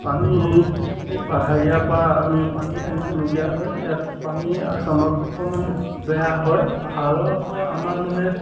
পানী পাহাৰীয়াপৰা আমি পানী আনিবলগীয়া হয় ইয়াত পানী আচামত অকণমান বেয়া হয় পাহাৰত আমাৰ মানে